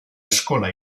eskola